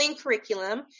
curriculum